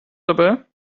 dabei